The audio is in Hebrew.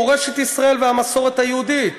מורשת ישראל והמסורת היהודית".